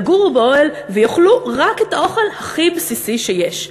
יגורו באוהל ויאכלו רק את האוכל הכי בסיסי שיש,